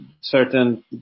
certain